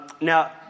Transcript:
Now